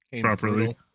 properly